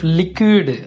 liquid